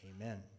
Amen